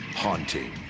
Haunting